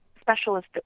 specialist